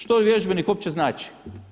Što vježbenik uopće znači?